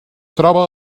troba